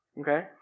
okay